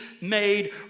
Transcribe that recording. made